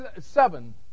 seven